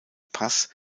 pass